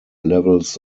levels